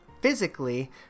physically